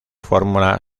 fórmula